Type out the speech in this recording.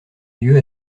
lieu